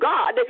God